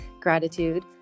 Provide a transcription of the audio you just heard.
gratitude